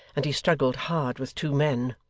and he struggled hard with two men.